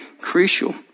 crucial